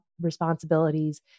responsibilities